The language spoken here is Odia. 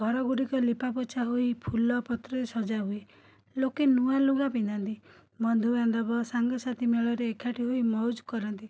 ଘର ଗୁଡ଼ିକ ଲିପାପୋଛା ହୋଇ ଫୁଲ ପତ୍ରରେ ସଜାହୁଏ ଲୋକେ ନୂଆ ଲୁଗା ପିନ୍ଧନ୍ତି ବନ୍ଧୁବାନ୍ଧବ ସାଙ୍ଗସାଥି ମେଳରେ ଏକାଠି ହୋଇ ମୌଜ କରନ୍ତି